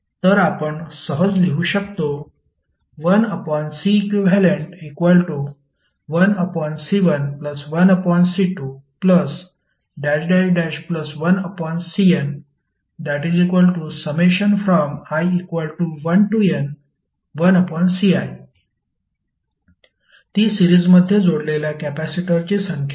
तर आपण सहज लिहू शकतो 1Ceq1C11C21Cni1n1Ci ती सिरीजमध्ये जोडलेल्या कॅपेसिटरची संख्या आहे